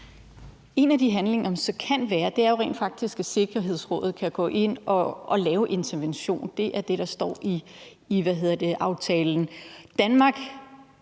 En af de handlinger, som er mulige, er jo rent faktisk, at Sikkerhedsrådet kan gå ind og lave en intervention. Det er det, der står i aftalen.